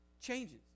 Changes